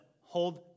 hold